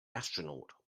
astronaut